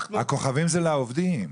אנחנו --- הכוכבים זה לעובדים.